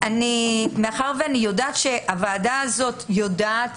מאחר שאני יודעת שהוועדה הזאת יודעת